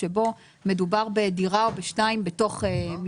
מה קורה במצב שבו יש דירה או שתיים הרוסות בתוך מבנה?